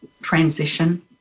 transition